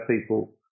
people